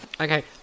Okay